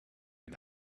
and